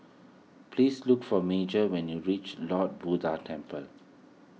please look for Major when you reach Lord Buddha Temple